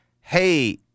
hey